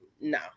no